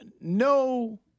no